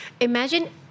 Imagine